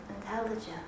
intelligent